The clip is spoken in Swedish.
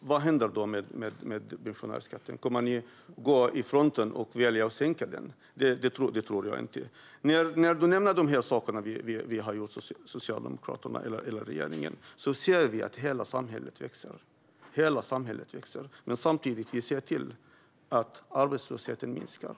Vad händer då med pensionärsskatten? Kommer ni att gå i fronten och välja att sänka den? Det tror jag inte. Du nämner de saker som Socialdemokraterna, eller regeringen, har valt att göra. Vi ser till att hela samhället växer. Men vi ser samtidigt till att arbetslösheten minskar.